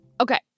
Okay